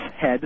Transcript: head